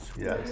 Yes